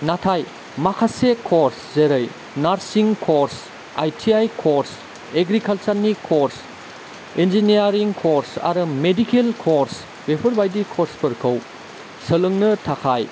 नाथाय माखासे कर्स जेरै नार्सिं कर्स आइटिआइ कर्स एग्रिकालसारनि कर्स इन्जिनियारिं कर्स आरो मेडिकेल कर्स बेफोरबायदि कर्सफोरखौ सोलोंनो थाखाय